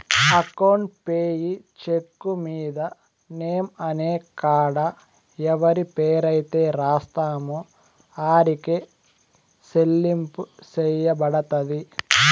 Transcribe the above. account payee చెక్కు మీద name అనే కాడ ఎవరి పేరైతే రాస్తామో ఆరికే సెల్లింపు సెయ్యబడతది